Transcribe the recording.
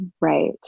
right